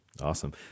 Awesome